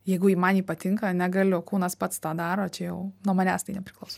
jeigu ji man ji patinka negaliu kūnas pats tą daro čia jau nuo manęs tai nepriklauso